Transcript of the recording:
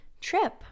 trip